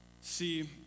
See